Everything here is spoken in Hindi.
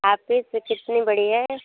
आफिस कितनी बड़ी है